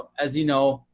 as you know,